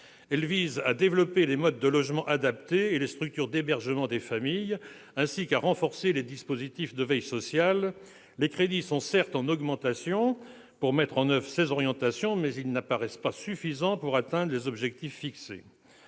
Elles visent à développer les modes de logement adapté et les structures d'hébergement des familles, ainsi qu'à renforcer les dispositifs de veille sociale. Les crédits sont certes en augmentation pour mettre en oeuvre ces orientations, mais ils n'apparaissent pas suffisants pour atteindre les objectifs fixés.